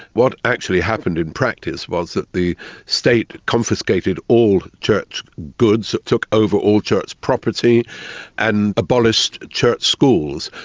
what actually happened in practice was that the state confiscated all church goods. it took over all church property and abolished church schools.